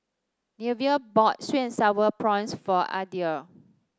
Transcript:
Neveah bought sweet and sour prawns for Adriel